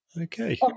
Okay